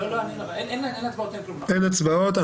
אין הצבעות.